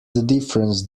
difference